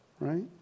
right